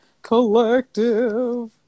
collective